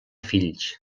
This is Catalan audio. fills